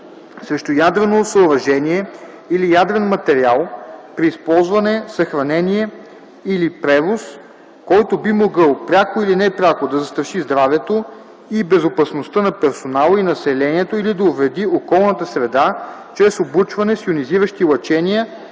срещу ядрено съоръжение или ядрен материал при използване, съхранение или превоз, който би могъл пряко или непряко да застраши здравето и безопасността на персонала и населението или да увреди околната среда чрез облъчване с йонизиращи лъчения